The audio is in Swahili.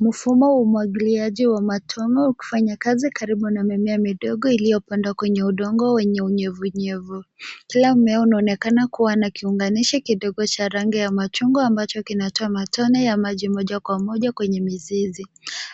Mfumo wa umwagiliaji wa matone ukifanya kazi karibu na mimea midogo iliyopandwa kwenye udongo wenye unyevunyevu. Kila mmea unaonekana kuwa na kiunganishi kidogo cha rangi ya machungwa ambacho kinatoa matone ya maji moja kwa moja kwenye mizizi.